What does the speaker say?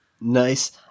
Nice